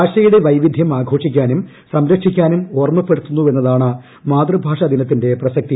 ഭാഷയുടെ വൈവിധ്യം ആഘോഷിക്കാനും സംരക്ഷിക്കാനും ഓർമ്മപ്പെടുത്തുന്നുവെന്നതാണ് മാതൃഭാഷാദിനത്തിന്റെ പ്രസക്തി